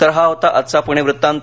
तर हा होता आजचा प्णे वृतांत